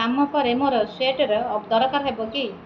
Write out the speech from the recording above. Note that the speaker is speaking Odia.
କାମ ପରେ ମୋର ସ୍ୱେଟର ଦରକାର ହେବ କି